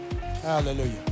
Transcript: Hallelujah